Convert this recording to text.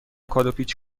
کادوپیچ